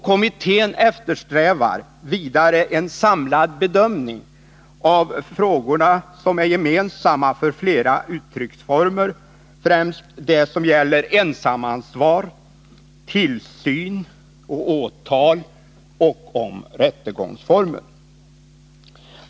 Kommittén eftersträvar vidare en samlad bedömning av frågor som är gemensamma för flera uttrycksformer, främst de som gäller ensamansvar, tillsyn, åtal och rättegångsformen.